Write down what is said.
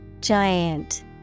Giant